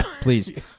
please